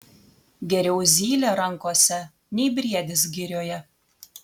geriau zylė rankose nei briedis girioje